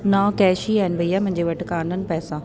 न कैश ई आहिनि भईया मुंहिंजे वटि कोन्हनि पैसा